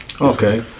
Okay